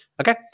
Okay